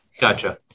Gotcha